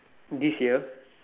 this year